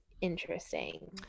interesting